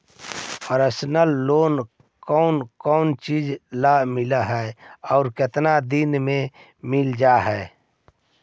Personal loan कोन कोन चिज ल मिल है और केतना दिन में मिल जा है?